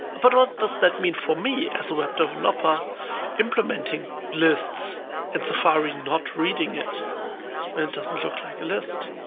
but what does that mean for me as a web developer implementing lists and safari not reading it? well, it doesn't look like a list.